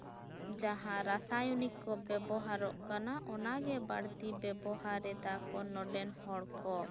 ᱡᱟᱦᱟᱸ ᱨᱟᱥᱟᱭᱚᱱᱤᱠ ᱠᱚ ᱵᱮᱵᱚᱦᱟᱨᱚᱜ ᱠᱟᱱᱟ ᱚᱱᱟ ᱜᱮ ᱵᱟᱹᱲᱛᱤ ᱵᱮᱵᱚᱦᱟᱨ ᱮᱫᱟ ᱠᱚ ᱱᱚᱸᱰᱮᱱ ᱦᱚᱲ ᱠᱚ